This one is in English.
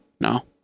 No